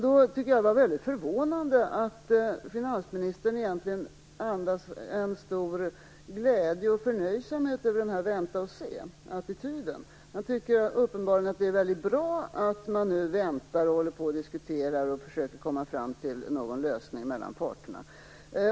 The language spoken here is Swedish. Det var då förvånande att finansministern andades en stor glädje och förnöjsamhet över "vänta-och-seattityden". Han tycker uppenbarligen att det är väldigt bra att man nu väntar, diskuterar och försöker komma fram till någon lösning mellan parterna.